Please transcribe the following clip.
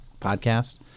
podcast